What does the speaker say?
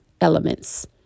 elements